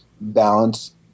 balance